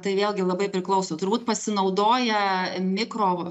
tai vėlgi labai priklauso turbūt pasinaudoja mikro